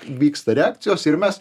vyksta reakcijos ir mes